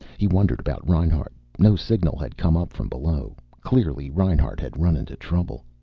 he wondered about reinhart. no signal had come up from below. clearly, reinhart had run into trouble.